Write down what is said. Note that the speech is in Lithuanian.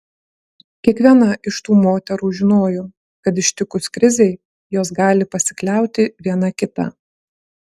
kiekviena iš tų moterų žinojo kad ištikus krizei jos gali pasikliauti viena kita